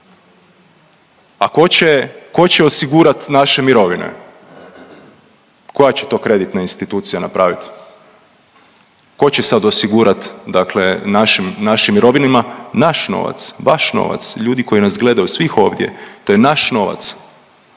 A ko će osigurat naše mirovine? Koja će to kreditna institucija napravit? Ko će sad osigurati našim mirovinama naš novac, vaš novac, ljudi koji nas gledaju, svih ovdje to je naš novac.